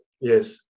yes